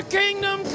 kingdom